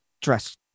dress